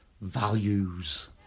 Values